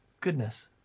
goodness